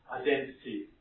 identity